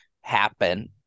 happen